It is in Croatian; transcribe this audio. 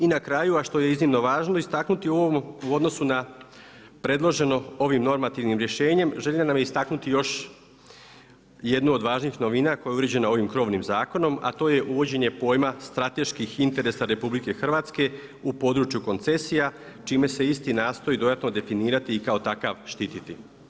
I na kraju, a što je iznimno važno istaknuti u odnosu na predloženo ovim normativnim rješenjem želja nam je istaknuti još jednu od važnih novina koja je uređena ovim krovnim zakonom, a to je uvođenje pojma strateških interesa RH u području koncesija čime se isti nastoji dodatno definirati i kao takav štititi.